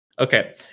okay